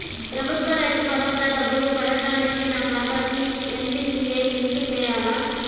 ప్రభుత్వ రైతు భరోసా డబ్బులు పడటానికి నా ఖాతాకి ఎన్.పీ.సి.ఐ లింక్ చేయాలా?